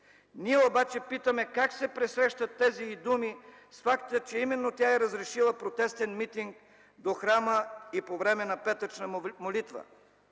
Ние обаче питаме как се пресрещат тези й думи с факта, че именно тя е разрешила протестен митинг до храма и по време на петъчна молитва?